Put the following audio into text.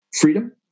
freedom